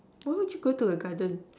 but why would you go to the garden